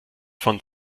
von